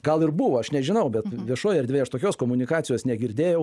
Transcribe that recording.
gal ir buvo aš nežinau bet viešoj erdvėj aš tokios komunikacijos negirdėjau